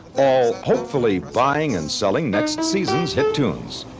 all hopefully buying and selling next season's hit tunes